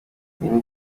byo